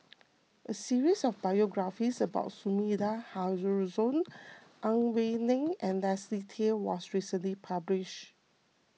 a series of biographies about Sumida Haruzo Ang Wei Neng and Leslie Tay was recently published